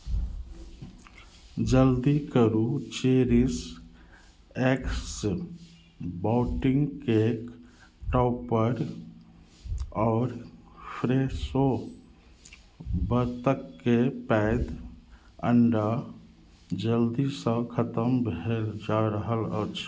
जल्दी करू cherish x bunting cake topper आओर फ्रेशो बत्तखके पैघ अण्डा जल्दीसँ खतम भेल जा रहल अछि